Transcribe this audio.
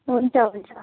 हुन्छ हुन्छ